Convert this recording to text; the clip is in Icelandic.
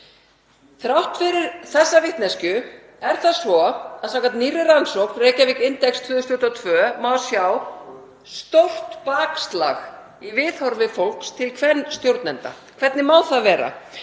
Þrátt fyrir þessa vitneskju er það svo að samkvæmt nýrri rannsókn Reykjavík Index 2022 má sjá stórt bakslag í viðhorfi fólks til kvenstjórnenda. Hvernig má það vera?